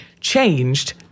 changed